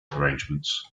arrangements